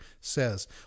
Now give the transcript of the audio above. says